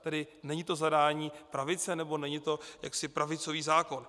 Tedy není to zadání pravice nebo není to pravicový zákon.